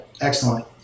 excellent